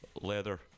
leather